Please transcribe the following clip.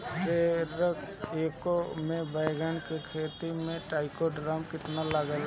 प्रतेक एकर मे बैगन के खेती मे ट्राईकोद्रमा कितना लागेला?